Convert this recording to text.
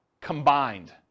combined